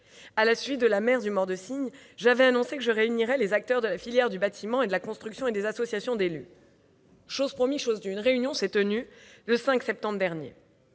À la suite de la mort du maire de Signes, j'avais annoncé que je réunirais les acteurs de la filière du bâtiment et de la construction, ainsi que des associations d'élus. Chose promise, chose due : une réunion s'est tenue le 5 septembre dernier.